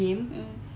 mm